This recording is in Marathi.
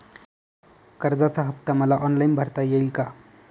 कर्जाचा हफ्ता मला ऑनलाईन भरता येईल का?